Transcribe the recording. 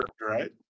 Right